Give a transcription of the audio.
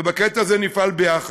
ובקטע הזה נפעל ביחד,